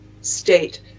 state